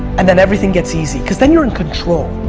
and then everything gets easy. cause then you're in control.